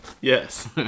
Yes